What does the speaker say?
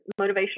motivational